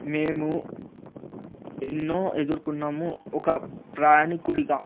మేము ఎన్నో ఎదురుకొన్నాము ఒక ప్రయాణికుడిగా